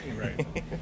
Right